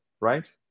right